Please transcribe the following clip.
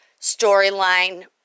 storyline